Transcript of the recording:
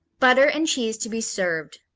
butter and cheese to be served.